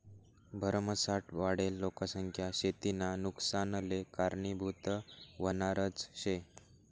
भरमसाठ वाढेल लोकसंख्या शेतीना नुकसानले कारनीभूत व्हनारज शे